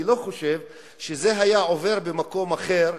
שאני לא חושב שהוא היה עובר במקום אחר,